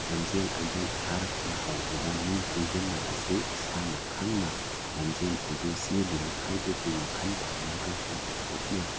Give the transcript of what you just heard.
ꯂꯝꯖꯦꯜ ꯑꯗꯨ ꯊꯥꯔꯛꯄ ꯍꯧꯕꯗ ꯃꯤ ꯀꯨꯡꯁꯤꯟꯅꯔꯁꯨ ꯏꯁꯥꯅ ꯈꯪꯅ ꯂꯝꯖꯦꯜ ꯑꯗꯨ ꯆꯦꯜꯂꯤꯅꯤ ꯍꯥꯏꯕꯒꯤ ꯋꯥꯈꯜ ꯊꯝꯂꯒ ꯇꯞꯅ ꯇꯞꯅ